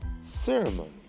ceremony